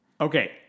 Okay